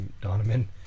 Donovan